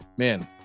Man